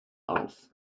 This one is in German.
auf